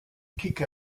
kika